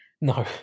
no